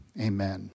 amen